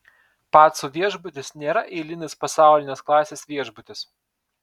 pacų viešbutis nėra eilinis pasaulinės klasės viešbutis